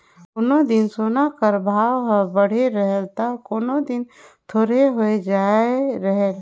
कोनो दिन सोना कर भाव हर बढ़े रहेल ता कोनो दिन थोरहें होए जाए रहेल